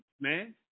man